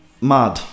mad